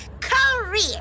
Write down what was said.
career